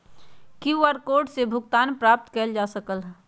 QR code से भुगतानो प्राप्त कएल जा सकल ह